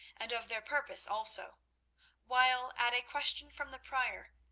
and of their purpose also while at a question from the prior,